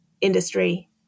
industry